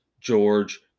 George